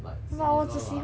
like similar lah